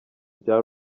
bya